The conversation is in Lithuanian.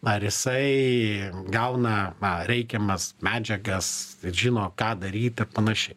ar jisai gauna na reikiamas medžiagas ir žino ką daryt ir panašiai